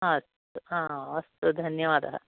अस्तु आ अस्तु धन्यवादः